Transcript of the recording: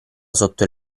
sotto